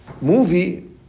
movie